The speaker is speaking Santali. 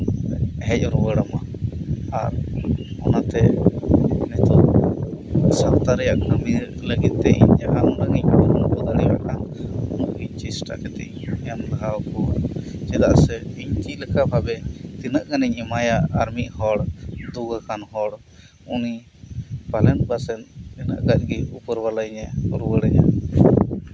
ᱦᱮᱡ ᱨᱩᱣᱟᱹᱲ ᱟᱢᱟ ᱟᱨ ᱚᱱᱟᱛᱮ ᱱᱤᱛᱚᱜ ᱥᱟᱶᱛᱟᱨᱮᱭᱟᱜ ᱠᱟᱹᱢᱤ ᱞᱟᱹᱜᱤᱫ ᱛᱮ ᱤᱧ ᱡᱟᱦᱟᱸ ᱩᱰᱟᱹᱜᱤᱧ ᱠᱩᱨᱩᱢᱩᱴᱩ ᱫᱟᱲᱮᱭᱟᱜ ᱠᱟᱱ ᱩᱱᱟᱹᱜ ᱜᱤ ᱪᱮᱥᱴᱟ ᱠᱟᱛᱮᱜ ᱤᱧ ᱮᱢ ᱞᱟᱦᱟ ᱟᱠᱩᱣᱟ ᱪᱮᱫᱟᱜ ᱥᱮ ᱤᱧ ᱪᱤᱫᱞᱮᱠᱟ ᱵᱷᱟᱵᱮ ᱛᱤᱱᱟᱹᱜ ᱜᱟᱱᱤᱧ ᱮᱢᱟᱭᱟ ᱟᱨ ᱢᱤᱫᱦᱚᱲ ᱫᱩᱠ ᱟᱠᱟᱱ ᱦᱚᱲ ᱩᱱᱤ ᱯᱟᱞᱮᱱ ᱯᱟᱥᱮᱡ ᱤᱱᱟᱹᱜ ᱜᱟᱱᱜᱤ ᱩᱯᱟᱹᱨᱣᱟᱞᱟ ᱤᱧᱮ ᱨᱩᱣᱟᱹᱲᱟᱹᱧᱟᱹ